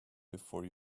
before